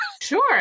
Sure